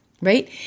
right